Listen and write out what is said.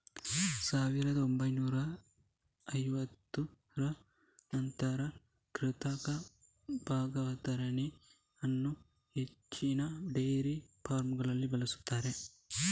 ಸಾವಿರದ ಒಂಬೈನೂರ ಐವತ್ತರ ನಂತರದಲ್ಲಿ ಕೃತಕ ಗರ್ಭಧಾರಣೆ ಅನ್ನು ಹೆಚ್ಚಿನ ಡೈರಿ ಫಾರ್ಮಗಳಲ್ಲಿ ಬಳಸ್ತಾರೆ